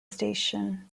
station